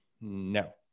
no